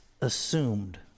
assumed